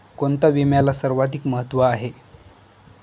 कोणता विम्याला सर्वाधिक महत्व आहे?